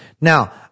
Now